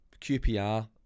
QPR